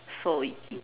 so